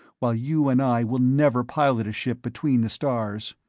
while you and i will never pilot a ship between the stars.